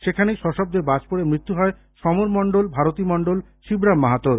সেখানেই সশব্দে বাজ পডে মৃত্যু হয় সমর মণ্ডল ভারতী মণ্ডল শিবরাম মাহাতো র